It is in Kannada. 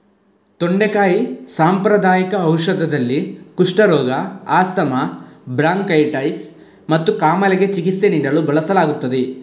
ತೊಂಡೆಕಾಯಿ ಸಾಂಪ್ರದಾಯಿಕ ಔಷಧದಲ್ಲಿ, ಕುಷ್ಠರೋಗ, ಆಸ್ತಮಾ, ಬ್ರಾಂಕೈಟಿಸ್ ಮತ್ತು ಕಾಮಾಲೆಗೆ ಚಿಕಿತ್ಸೆ ನೀಡಲು ಬಳಸಲಾಗುತ್ತದೆ